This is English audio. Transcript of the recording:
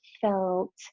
felt